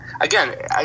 again